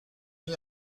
mis